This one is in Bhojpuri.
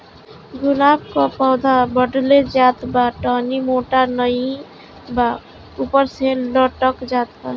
गुलाब क पौधा बढ़ले जात बा टहनी मोटात नाहीं बा ऊपर से लटक जात बा?